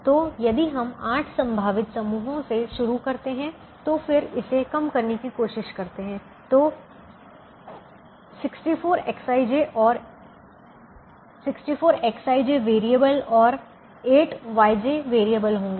तो यदि हम 8 संभावित समूहों से शुरू करते हैं और फिर इसे कम करने की कोशिश करते हैं तो 64Xij वैरिएबल और 8Yj वैरिएबल होंगे